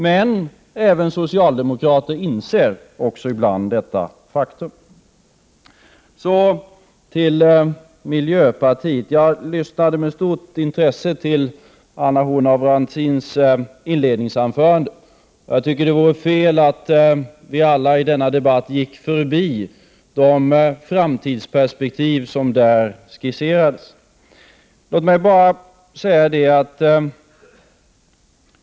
Men även socialdemokrater inser ibland detta faktum. Så till miljöpartiet. Jag lyssnade med stort intresse till Anna Horn af Rantziens inledningsanförande, och jag tycker det vore fel att vi alla i denna debatt gick förbi de framtidsperspektiv som där skisserades.